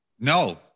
No